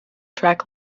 track